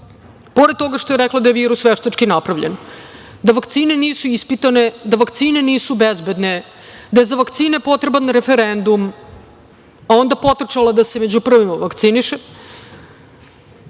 pored toga što je rekla da je virus veštački napravljen, da vakcine nisu ispitane, da vakcine nisu bezbedne, da je za vakcine potreban referendum, a onda potrčala da se među prvima vakciniše,